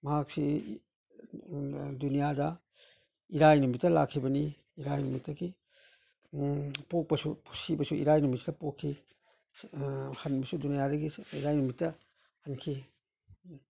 ꯃꯍꯥꯛꯁꯤ ꯗꯨꯅꯤꯌꯥꯗ ꯏꯔꯥꯏ ꯅꯨꯃꯤꯠꯇ ꯂꯥꯛꯈꯤꯕꯅꯤ ꯏꯔꯥꯏ ꯅꯨꯃꯤꯠꯇꯒꯤ ꯄꯣꯛꯄꯁꯨ ꯁꯤꯕꯁꯨ ꯏꯔꯥꯏ ꯅꯨꯃꯤꯠꯁꯤꯗ ꯄꯣꯛꯈꯤ ꯍꯟꯕꯁꯨ ꯗꯨꯅꯤꯌꯥꯗꯒꯤ ꯏꯔꯥꯏ ꯅꯨꯃꯤꯠꯇ ꯍꯟꯈꯤ